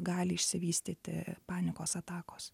gali išsivystyti panikos atakos